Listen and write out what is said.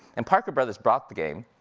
and parker brothers brought the game,